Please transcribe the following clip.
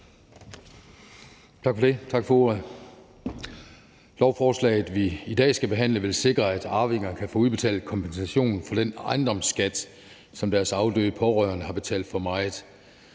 Tak for ordet.